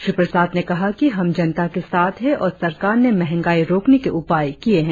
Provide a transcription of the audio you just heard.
श्री प्रसाद ने कहा कि हम जनता के साथ है और सरकार ने महंगाई रोकने के उपाय किये हैं